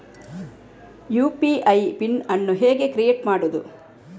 UPI pin ಅನ್ನು ಹೇಗೆ create ಮಾಡುದು?